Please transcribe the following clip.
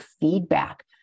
feedback